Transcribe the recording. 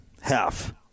Half